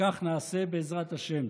וכך נעשה, בעזרת השם.